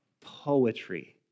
poetry